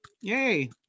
yay